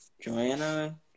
Joanna